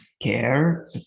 care